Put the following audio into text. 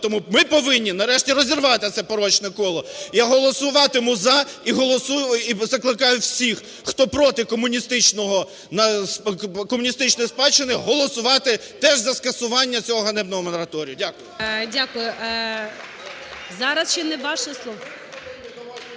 Тому ми повинні нарешті розірвати це порочне коло. Я голосуватиму "за" і голосую, і закликаю всіх, хто проти комуністичного… комуністичної спадщини, голосувати теж за скасування цього ганебного мораторію. Дякую.